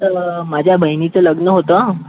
तर माझ्या बहिणीचं लग्न होतं